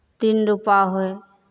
तीन रुपैआ होय